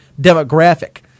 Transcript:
demographic